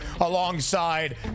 alongside